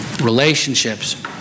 relationships